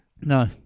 no